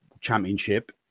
championship